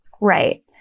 Right